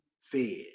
fed